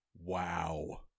Wow